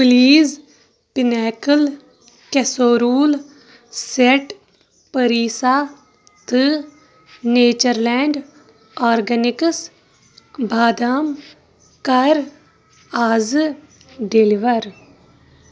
please pinnacle casserole set پٔریٖسا تہٕ nature land organics بادام کَر اَزٕ ڈیلیور